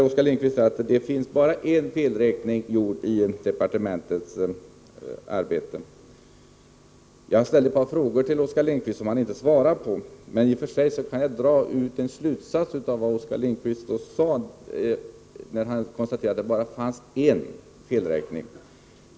Oskar Lindkvist säger att det bara finns en felräkning i departementets arbete. Jag ställde ett par frågor till Oskar Lindkvist, som han inte svarade på, men i och för sig kan jag dra en slutsats av att Oskar Lindkvist sade att det bara fanns en felräkning.